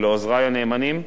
תודה לעוזרי הנאמנים.